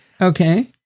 Okay